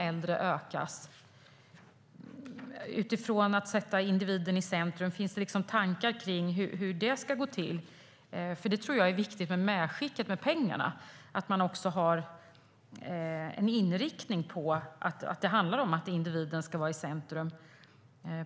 Finns det utifrån att sätta individen i centrum tankar om hur det ska gå till? Jag tror nämligen att detta är viktigt i medskicket med pengarna, alltså att man har en inriktning som handlar om att individen ska vara i centrum.